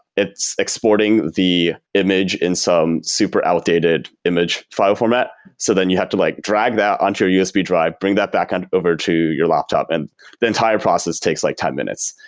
it's exporting the image in some super outdated image file format, so then you have to like drag that onto your usb drive, bring that back on over to your laptop and the entire process takes like ten minutes.